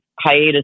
hiatus